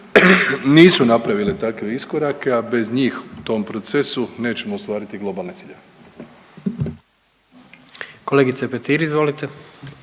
nisu napravile takve iskorake, a bez njih u tom procesu nećemo ostvariti globalne ciljeve. **Jandroković,